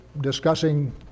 discussing